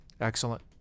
Excellent